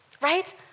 right